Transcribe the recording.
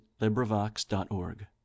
LibriVox.org